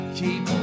keep